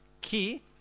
Key